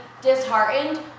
disheartened